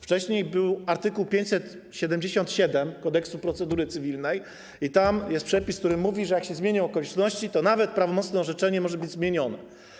Wcześniej był art. 577 kodeksu procedury cywilnej i tam jest przepis, który mówi, że jak się zmienią okoliczności, to nawet prawomocne orzeczenie może być zmienione.